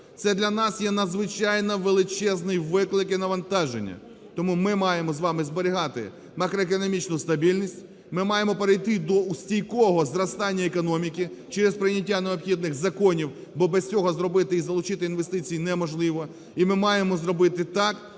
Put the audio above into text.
Це для нас є надзвичайно величезний виклик і навантаження. Тому ми маємо з вами зберігати макроекономічну стабільність, ми маємо перейти до стійкого зростання економіки через прийняття необхідних законів, бо без цього зробити і залучити інвестиції неможливо. І ми маємо зробити так,